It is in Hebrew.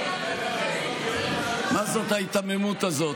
מה זה ההיתממות הזאת?